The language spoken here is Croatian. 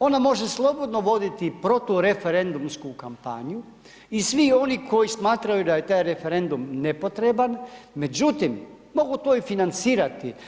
Ona može slobodno voditi protureferendumsku kampanju i svi oni koji smatraju da je taj referendum nepotreban, međutim, mogu to i financirati.